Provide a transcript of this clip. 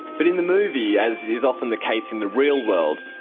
but in the movie, as is often the case in the real world,